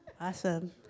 awesome